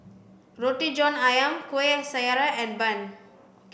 roti john ayam kuih syara and bun